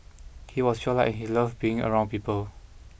he was well liked he loved being around people